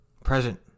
Present